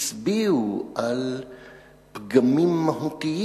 הצביעו על פגמים מהותיים